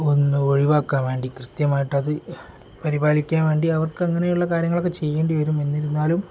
ഒന്ന് ഒഴിവാക്കാൻ വേണ്ടി കൃത്യമായിട്ടത് പരിപാലിക്കാൻ വേണ്ടി അവർക്ക് അങ്ങനെയുള്ള കാര്യങ്ങളൊക്കെ ചെയ്യേണ്ടി വരും എന്നിരുന്നാലും